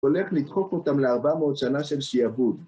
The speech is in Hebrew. הולך לדחוף אותם ל-400 שנה של שיעבוד.